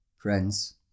Friends